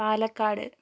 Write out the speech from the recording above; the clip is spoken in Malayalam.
പാലക്കാട്